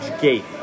Gate